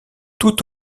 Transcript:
tout